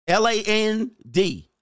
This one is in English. land